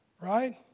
Right